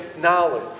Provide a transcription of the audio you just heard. knowledge